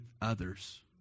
others